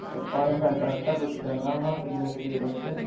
appointment आस्तै पुच्छी लैन्ना महां किन्नी तरीक औचै